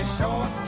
short